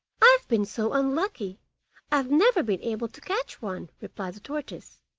i have been so unlucky, i have never been able to catch one replied the tortoise.